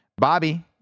Bobby